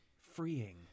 Freeing